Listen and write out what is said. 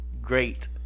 great